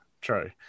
true